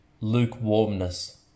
lukewarmness